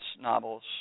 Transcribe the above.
novels